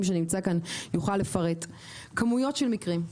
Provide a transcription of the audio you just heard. שנמצא כאן יוכל לפרט כמויות של מקרים.